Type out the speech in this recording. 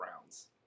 rounds